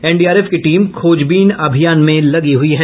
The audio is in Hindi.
एनडीआरएफ की टीम खोजबीन अभियान में लगी हुई है